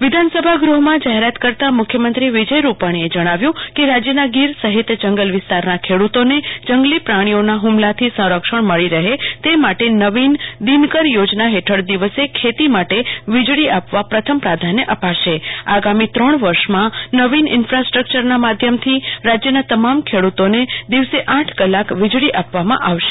કલ્પના શાહ ખેડુ તોને દિવસે વિજળી વિધાનસભઆગૃહમાં જાહેરાત કરતા મુખ્યમંત્રી ક્રિય રૂપાણીએ જણાવ્યુ કે રાજયના ગીર સહિત જં ગલ વિસ્તારના ખેડુતોને જં ગલી પ્રાણીઓનદ્વમલાથી સંરક્ષણ મળી રહે તે માટે નવીન દિનકર યોજના હેઠળ દિવસે ખેતી માટે વીજળી આપવા પ્રથમ પ્રાધાન્ય અપાશે આગામી ત્રણ વર્ષમાં નવીન ઈન્ફાસ્ટ્રકચરના માધ્યમથી રાજયના તમામ ખેડુ તોને દિવસે આઠ કલાક વીજળી આપવામાં આવશે